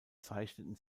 zeichneten